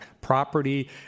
property